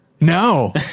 no